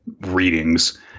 readings